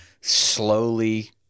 slowly